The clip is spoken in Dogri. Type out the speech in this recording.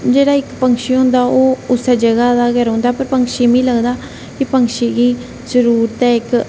जेहड़ा इक पक्षी होंदा ओह् उस्सै जगह दा रौंहदा पर पक्षी मी लगदा कि पक्षी गी जरुरत ऐ इक खुल्ले